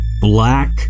black